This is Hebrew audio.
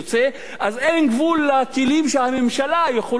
אז אין גבול לכלים שהממשלה יכולה לנקוט,